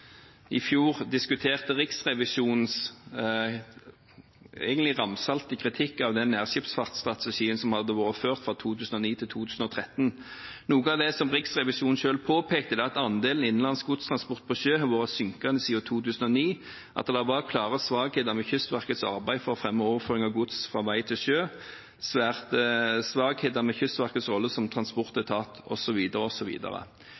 i fjor diskuterte Riksrevisjonens – egentlig ramsalte – kritikk av den nærskipsfartsstrategien som hadde blitt ført fra 2009 til 2013. Noe av det som Riksrevisjonen påpekte, var at andelen innenlands godstransport på sjø har vært synkende siden 2009, at det var klare svakheter ved Kystverkets arbeid for å fremme overføring av gods fra vei til sjø, svakheter ved Kystverkets rolle som transportetat